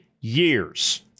years